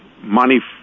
money